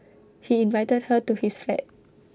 he invited her to his flat